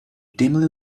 dimly